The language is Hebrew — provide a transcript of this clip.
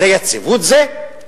זה יציבות זה?